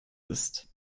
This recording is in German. ist